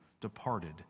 departed